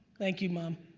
thank you, mom.